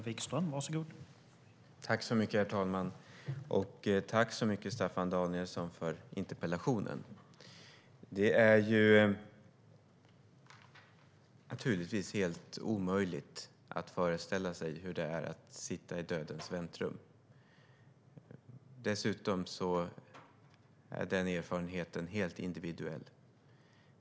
Herr talman! Jag tackar Staffan Danielsson så mycket för interpellationen. Det är naturligtvis helt omöjligt att föreställa sig hur det är att sitta i dödens väntrum. Dessutom är den erfarenheten helt individuell.